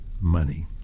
money